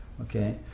okay